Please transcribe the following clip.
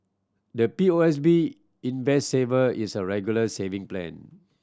the P O S B Invest Saver is a Regular Saving Plan